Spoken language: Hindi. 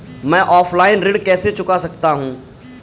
मैं ऑफलाइन ऋण कैसे चुका सकता हूँ?